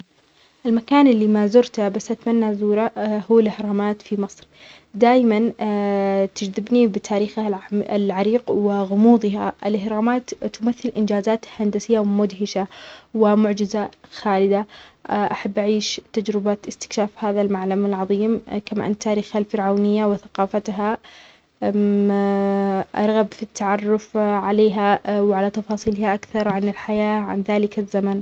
المكان اللي ما زورته بس أتمنى أني أزوره هو الإهرامات في مصر. دائما تجدبني بتاريخها الح-العريق وغموضها. الإهرامات تمثل إنجازات هندسية مدهشة ومعجزة خالدة. أحب أعيش تجربة استكتشاف هذا المعلم العظيم. كما أن تاريخها الفرعونيه وثقافتها أرغب في التعرف عليها وعلى تفاصيلها أكثر عن الحياة ,عن ذلك الزمن.